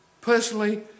personally